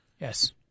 Yes